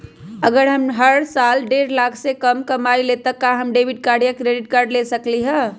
अगर हम हर साल डेढ़ लाख से कम कमावईले त का हम डेबिट कार्ड या क्रेडिट कार्ड ले सकली ह?